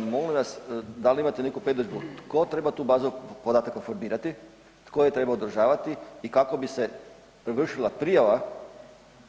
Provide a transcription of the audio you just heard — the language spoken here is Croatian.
Molim vas da li imate neku predodžbu tko treba tu bazu podataka formirati, tko je treba održavati i kako bi se vršila prijava